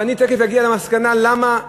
ואני תכף אגיע למסקנה למה,